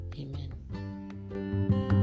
Amen